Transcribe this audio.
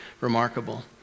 remarkable